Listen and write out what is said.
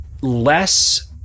less